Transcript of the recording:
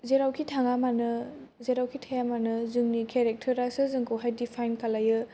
जेरावखि थाङा मानो जेरावखि थाया मानो जोंनि केरेक्टारासो जोंखौ हाय दिपाइन खालायो